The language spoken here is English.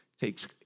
takes